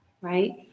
Right